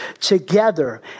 together